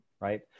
Right